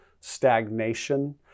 stagnation